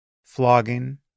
flogging